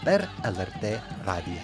per lrt radiją